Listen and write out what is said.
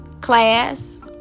class